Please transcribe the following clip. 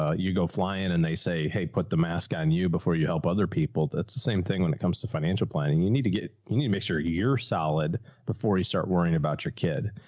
ah you go fly in and they say, hey, put the mask on you before you help other people. that's the same thing when it comes to financial planning. you need to get, you need to make sure you're solid before you start worrying about your kid.